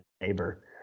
neighbor